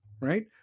right